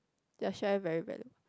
their share very valuable